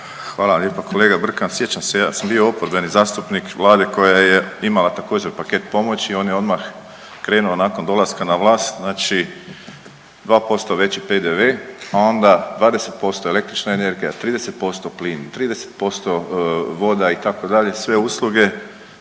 Hvala lijepa. Kolega Brkan sjećam se i ja. Ja sam bio oporbeni zastupnik Vlade koja je imala također paket pomoći i on je odmah krenuo nakon dolaska na vlast znači 2% veći PDV-e, a onda 20% električna energija, 30% plin, 30% voda itd. Sve usluge